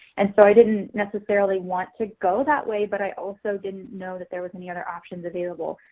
and so i didn't necessarily want to go that way but i also didn't know that there was any other options available.